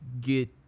Get